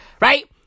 Right